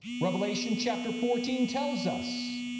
revelation, chapter fourteen tells us